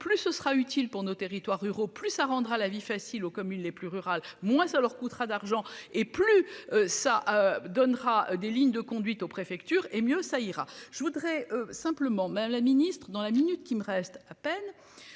plus ce sera utile pour nos territoires ruraux plus ça rendra la vie facile aux communes les plus rurales moins ça leur coûtera d'argent et plus ça donnera des lignes de conduite aux préfectures et mieux ça ira. Je voudrais simplement ben la Ministre dans la minute qui me reste à peine